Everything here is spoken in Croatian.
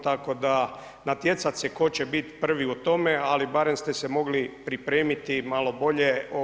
Tako da natjecati se tko će biti prvi u tome, ali barem ste se mogli pripremiti malo bolje.